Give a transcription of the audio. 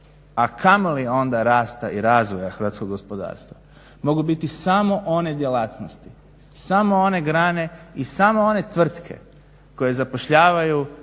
a kamoli onda rasta i razvoja hrvatskog gospodarstva mogu biti samo one djelatnosti, samo one grane i samo one tvrtke koje zapošljavaju